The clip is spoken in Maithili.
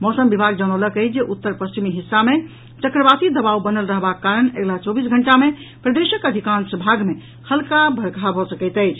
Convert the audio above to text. मौसम विभाग जनौलक अछि जे उत्तर पश्चिमी हिस्सा मे चक्रवाती दवाब बनल रहाबाक कारण अगिला चौबीस घंटा मे प्रदेशक अधिकांश भाग मे हल्का वर्षा भऽ सकैत अछि